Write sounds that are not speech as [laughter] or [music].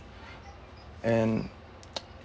and [noise]